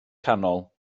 canol